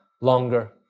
longer